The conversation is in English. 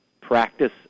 practice